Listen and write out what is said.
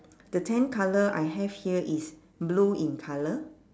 the tent colour I have here is blue in colour